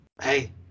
Hey